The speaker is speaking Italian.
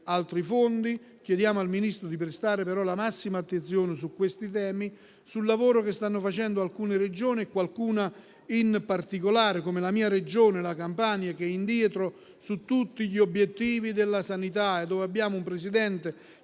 altri fondi. Chiediamo al Ministro di prestare però la massima attenzione su questi temi e sul lavoro che stanno facendo le Regioni, alcune in particolare, come la mia, la Campania, che è indietro su tutti gli obiettivi della sanità e nella quale abbiamo un Presidente